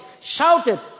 shouted